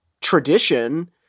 tradition